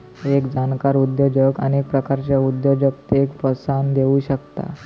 एक जाणकार उद्योजक अनेक प्रकारच्या उद्योजकतेक प्रोत्साहन देउ शकता